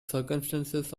circumstances